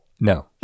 No